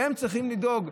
להם צריכים לדאוג.